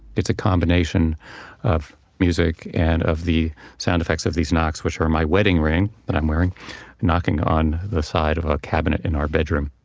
it's a combination of music and of the sound effects of these knocks, which were my wedding ring that i'm wearing knocking on the side of our ah cabinet in our bedroom.